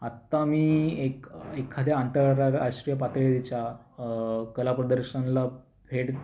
आत्ता मी एक एखाद्या आंतरराष्ट्रीय पातळीच्या कला प्रदर्शनाला भेट